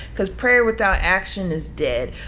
cause prayer without action is dead.